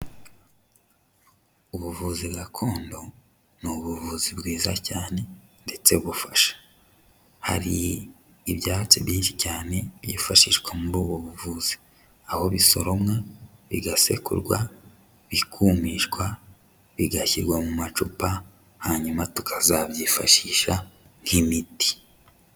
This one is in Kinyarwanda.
Ubuvuzi gakondo n'ubuvuzi bwiza cyane ndetse bufasha, hari ibyatsi byinshi cyane byifashishwa muri ubu buvuzi aho bisoromwa, bigasekurwa, bikumishwa bigashyirwa mu macupa hanyuma tukazabyifashisha nk'imiti.